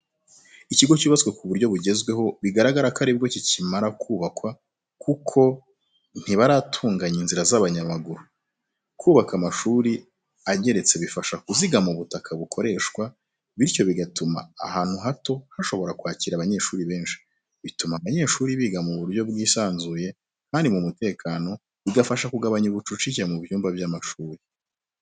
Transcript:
Ikigo cyubatswe ku buryo bugezweho, bigaragara ko ari bwo kikimara kubakwa kuko ntibaratunganya inzira z'abanyamaguru. Kubaka amashuri ageretse bifasha kuzigama ubutaka bukoreshwa, bityo bigatuma ahantu hato hashoboka kwakira abanyeshuri benshi. Bituma abanyeshuri biga mu buryo bwisanzuye kandi mu mutekano, bigafasha kugabanya ubucucike mu byumba by’amashuri.